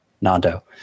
Nando